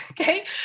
okay